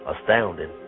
astounding